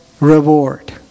reward